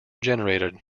generated